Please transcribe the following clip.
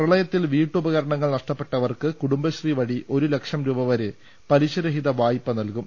പ്രളയത്തിൽ വീട്ടുപകരണങ്ങൾ നഷ്ടപ്പെട്ടവർക്ക് കൂടുംബശ്രീ വഴി ഒരുലക്ഷം രൂപവരെ പലിശരഹിത വായ്പ നൽകും